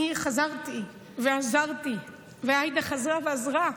אני חזרתי ועזרתי, ועאידה חזרה ועזרה,